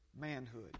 manhood